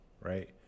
right